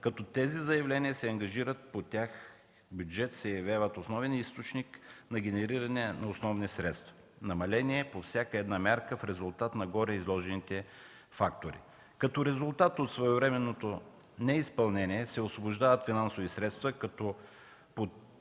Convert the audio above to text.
като тези заявления с ангажирания по тях бюджет се явяват основен източник на генериране на основни средства – намаление по всяка една мярка в резултат на гореизложените фактори. Като резултат от своевременното неизпълнение се освобождават финансови средства, като по този